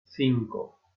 cinco